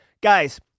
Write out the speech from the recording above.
Guys